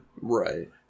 Right